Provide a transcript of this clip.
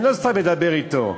אני לא סתם מדבר אתו.